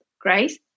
grace